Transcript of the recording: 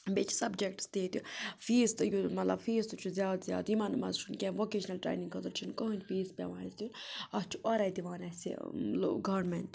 بیٚیہِ چھِ سَبجَکٹٕس تہِ ییٚتہِ فیٖس تہِ یُتھ مَطلَب فیٖس تہِ چھُ زیادٕ زیادٕ یِمَن منٛز چھُنہٕ کیٚنٛہہ ووکیشنَل ٹرٛٮ۪نِنٛگ خٲطرٕ چھُنہٕ کٕہٕنۍ فیٖس پٮ۪وان اَسہِ دیُن اَتھ چھُ اورَے دِوان اَسہِ گورمٮ۪نٛٹ